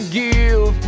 give